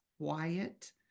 quiet